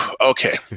okay